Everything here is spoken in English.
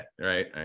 right